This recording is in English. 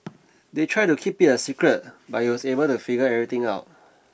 they tried to keep it a secret but he was able to figure everything out